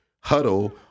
huddle